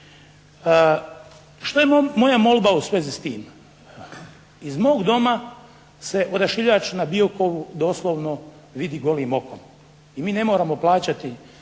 Što je moja molba u svezi s tim? Iz mog doma se odašiljač na Biokovu doslovno vidi golim okom i mi ne moramo plaćati